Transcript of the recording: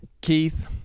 keith